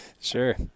Sure